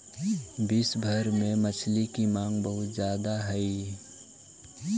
विश्व भर में मछली की मांग बहुत ज्यादा हई